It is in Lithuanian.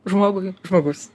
žmogui žmogus